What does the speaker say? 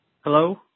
Hello